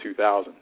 2000